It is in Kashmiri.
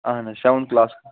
اہن حظ سٮ۪وَنتھ کٕلاس